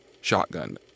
shotgun